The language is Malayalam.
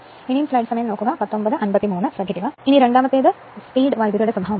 ഇപ്പോൾ രണ്ടാമത്തേത് സ്പീഡ് കറന്റ് സ്വഭാവമാണ്